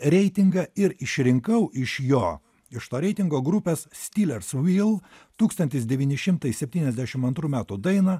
reitingą ir išrinkau iš jo iš to reitingo grupės stealers wheel tūkstantis devyni šimtai septyniasdešim antrų metų dainą